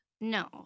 No